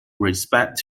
respect